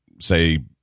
say